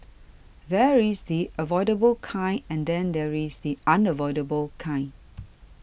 there is the avoidable kind and then there is the unavoidable kind